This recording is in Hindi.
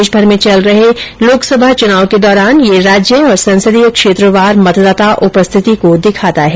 देशभर में चल रहे लोकसभा चुनावों के दौरान यह राज्य और संसदीय क्षेत्रवार मतदाता उपस्थिति को दिखाता है